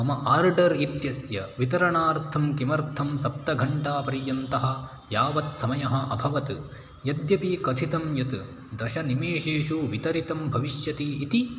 मम आर्डर् इत्यस्य वितरणार्थं किमर्थं सप्तघण्टापर्यन्तः यावत् समयः अभवत् यद्यपि कथितं यत् दशनिमेषेषु वितरितं भविष्यति इति